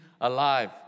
alive